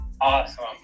Awesome